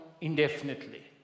indefinitely